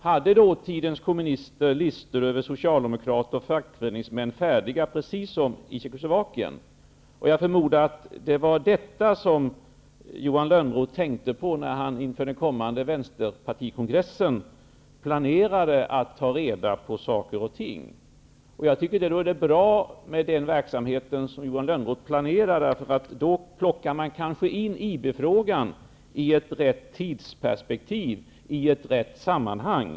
Hade dåtidens kommunister listor över socialdemokrater och fackföreningsmän färdiga, precis som var fallet i Tjeckoslovakien? Jag förmodar att det var detta som Johan Lönnroth tänkte på när han inför den kommande Vänsterpartikongressen planerade att ta reda på saker och ting. Det är bra med den verksamhet som Johan Lönnroth planerar, därför att då plockar man kanske in IB-frågan i det rätta tidsperspektivet, i rätt sammanhang.